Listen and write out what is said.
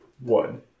One